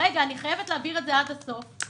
אני חייבת להבהיר את זה עד הסוף.